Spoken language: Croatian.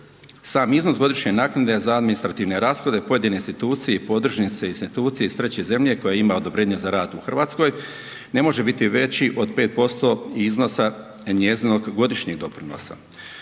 Sam iznos godišnje naknade za administrativne rashode pojedine institucije i podružnice institucije iz treće zemlje koja ima odobrenje za rad u Hrvatskoj ne može biti veći od 5% iznosa njezinog godišnjeg doprinosa.